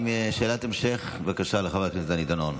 שאלת המשך, בבקשה, לחבר הכנסת דני דנון.